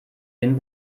den